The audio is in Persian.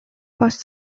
باز